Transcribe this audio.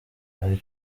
hari